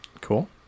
cool